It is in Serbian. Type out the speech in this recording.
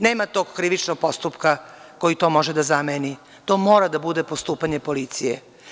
Nema tog krivičnog postupka koji to može da zameni, to mora da bude postupanje policije.